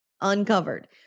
uncovered